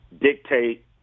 dictate